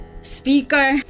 speaker